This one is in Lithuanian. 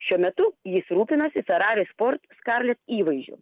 šiuo metu jis rūpinasi ferrari sport scarlet įvaizdžiu